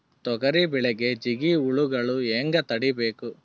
ತೊಗರಿ ಬೆಳೆಗೆ ಜಿಗಿ ಹುಳುಗಳು ಹ್ಯಾಂಗ್ ತಡೀಬೇಕು?